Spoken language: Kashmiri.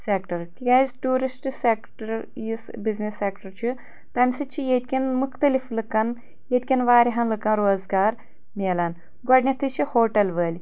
سیٚکٹر تِکیٛازِ ٹیورسٹ سیٚکٹر یُس بِزنِس سیٚکٹر چھُ تمہِ سۭتۍ چھِ ییٚتہِ کٮ۪ن مختٔلف لُکن ییٚتہِ کٮ۪ن واریاہن لُکن روزگار مِلان گۄڈینتھے چھِ ہوٹل وٲلۍ